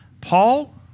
Paul